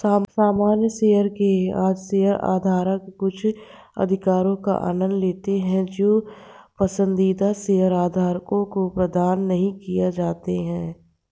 सामान्य शेयरों के शेयरधारक कुछ अधिकारों का आनंद लेते हैं जो पसंदीदा शेयरधारकों को प्रदान नहीं किए जाते हैं